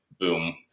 boom